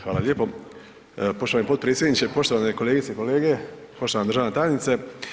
Hvala lijepo poštovani potpredsjedniče, poštovane kolegice i kolege, poštovana državna tajnice.